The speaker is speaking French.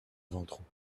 ventroux